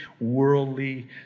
worldly